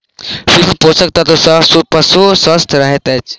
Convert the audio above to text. सूक्ष्म पोषक तत्व सॅ पशु स्वस्थ रहैत अछि